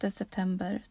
september